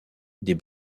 des